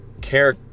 care